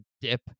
dip